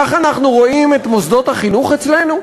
כך אנחנו רואים את מוסדות החינוך אצלנו?